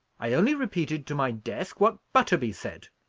i only repeated to my desk what butterby said.